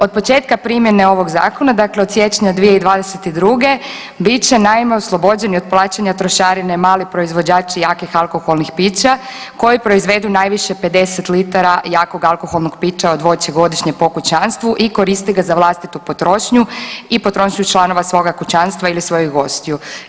Od početka primjene ovog zakona, dakle od siječnja 2022. bit će naime oslobođeni od plaćanja trošarine mali proizvođači jakih alkoholnih pića koji proizvedu najviše 50 litara jakog alkoholnog pića od voća godišnje po kućanstvu i koriste ga za vlastitu potrošnju i potrošnju članova svoga kućanstva ili svojih gostiju.